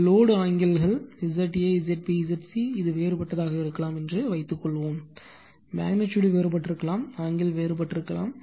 இந்த load angle கள் ZA ZB Zc இது வேறுபட்டதாக இருக்கலாம் என்று வைத்துக்கொள்வோம் ஐப் பார்க்கவும் மெக்னிட்யூடு வேறுபட்டிருக்கலாம் ஆங்கிள் வேறுபட்டிருக்கலாம்